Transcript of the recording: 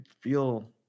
feel